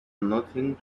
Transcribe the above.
nothing